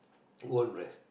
own rest